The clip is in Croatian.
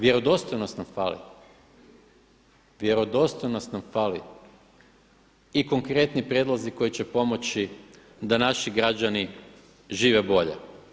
Vjerodostojnost nam fali, vjerodostojnost nam fali i konkretni prijedlozi koji će pomoći da naši građani žive bolje.